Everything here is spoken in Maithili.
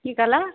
की कहलऽ